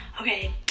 Okay